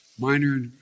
minor